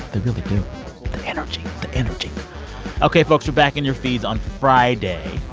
they really do the energy, the energy ok, folks. we're back in your feeds on friday,